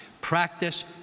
Practice